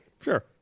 sure